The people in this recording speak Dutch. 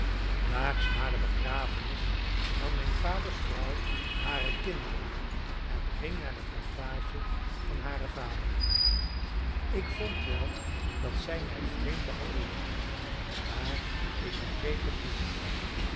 daags na de begrafenis nam mijn vaders vrouw hare kinderen en ging naar de plantage van haren vader ik vond wel dat zij mij vreemd behandelden maar ik begreep het niet